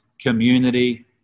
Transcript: community